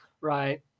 Right